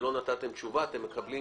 אתם מקבלים